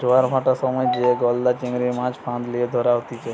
জোয়ার ভাঁটার সময় যে গলদা চিংড়ির, মাছ ফাঁদ লিয়ে ধরা হতিছে